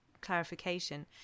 clarification